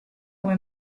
come